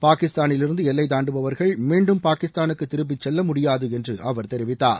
பாகிஸ்தானிலிருந்து எல்லை தாண்டுபவர்கள் மீண்டும் பாகிஸ்தானுக்கு திரும்பிச் செல்ல முடியாது என்று அவர் தெரிவித்தார்